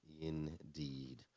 Indeed